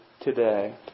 today